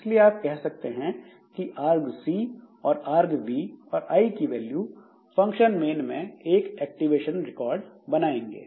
इसलिए आप कह सकते हैं कि argc और argv और आई की वैल्यू फंक्शन मेन में एक एक्टिवेशन रिकॉर्ड बनाएंगे